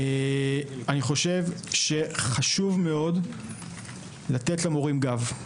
חשוב מאוד לתת למורים גב.